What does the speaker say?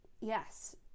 yes